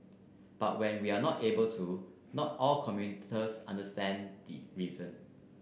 but when we are not able to not all commuters understand reason